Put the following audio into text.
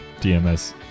DMS